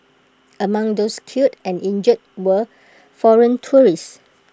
among those killed and injured were foreign tourists